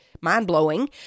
mind-blowing